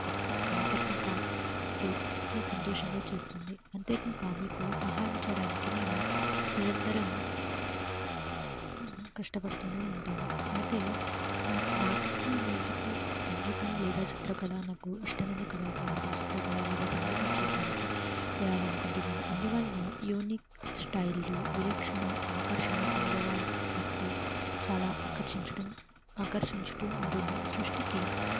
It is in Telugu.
అత్ అంతర్ముఖ రోగిని సంతోషంగా చేస్తుంది అంతేగాక మీకు సహాయం చేయడానికి నేను నిరంతరం కష్టపడుతు ఉంటాను అయితే నాటికి నేటికీ సంగీతం లేదా చిత్రకళ నాకు ఇష్టమైన కళాకారుడు చిత్రకళ లేదా సంగీతం చూడడానికి వేయాలని అనుకుంటున్నాను అందువలన యూనిక్ స్టైల్లు విరీక్షణ ఆకర్షణ అనుభవాలు నాకు చాలా ఆకర్షించడం ఆకర్షించుతు ఉంటుంది సృష్టికి